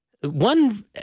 One